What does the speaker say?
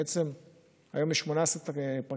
בעצם היום יש 18 פרקליטים,